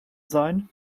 sein